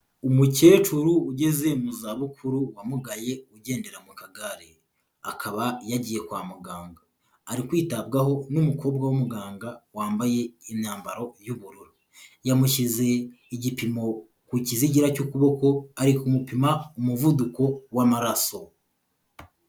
Umukecuru ugeze mu zabukuru wamugaye ugendera mu kagare, akaba yagiye kwa muganga, ari kwitabwaho n'umukobwa w'umuganga wambaye imyambaro y'ubururu, yamushyize igipimo ku kizigira cy'ukuboko, ari kumupima umuvuduko w'amaraso.